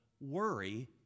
worry